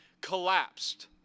collapsed